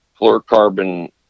fluorocarbon